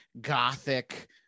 gothic